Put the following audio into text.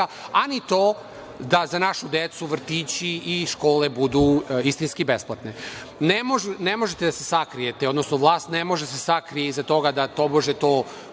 a ni to da za našu decu vrtići i škole budu istinski besplatne. Ne možete da se sakrijete, odnosno vlast ne može da se sakrije iza toga da tobože to